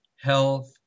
health